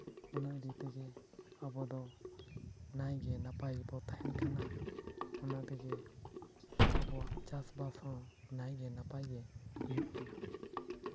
ᱚᱱᱟ ᱤᱭᱟᱹ ᱛᱮᱜᱮ ᱟᱵᱚ ᱫᱚ ᱱᱟᱭᱜᱮᱼᱱᱟᱯᱟᱭ ᱜᱮᱵᱚ ᱛᱟᱦᱮᱱ ᱠᱟᱱᱟ ᱚᱱᱟ ᱛᱮᱜᱮ ᱟᱵᱚᱣᱟᱜ ᱪᱟᱥᱵᱟᱥ ᱦᱚᱸ ᱱᱟᱭᱜᱮᱼᱱᱟᱯᱟᱭ ᱜᱮ ᱦᱩᱭᱩᱜ ᱠᱟᱱᱟ